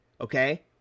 Okay